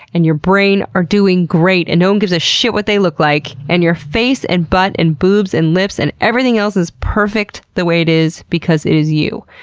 and your brain are doing great and no one gives a shit what they look like! and your face, and butt, and boobs, and lips, and everything else is perfect the way it is, because it is you.